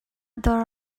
dawr